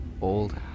old